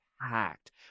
packed